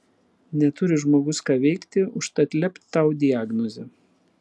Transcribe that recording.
neturi žmogus ką veikti užtat lept tau diagnozę